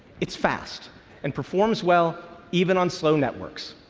it's fast and performs well even on slow networks.